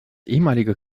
ehemalige